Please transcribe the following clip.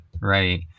Right